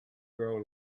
grow